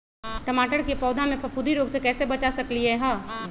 टमाटर के पौधा के फफूंदी रोग से कैसे बचा सकलियै ह?